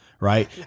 Right